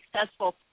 successful